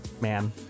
man